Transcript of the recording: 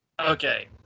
Okay